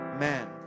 man